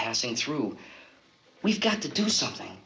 passing through we've got to do something